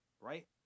Right